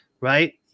right